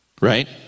right